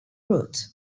route